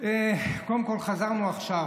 קודם כול חזרנו עכשיו,